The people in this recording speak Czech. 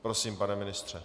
Prosím, pane ministře.